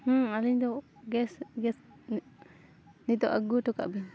ᱟᱹᱞᱤᱧ ᱫᱚ ᱜᱮᱥ ᱜᱮᱥ ᱱᱤᱛᱳᱜ ᱟᱹᱜᱩ ᱦᱚᱴᱚ ᱠᱟᱜ ᱵᱤᱱ